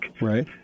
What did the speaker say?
Right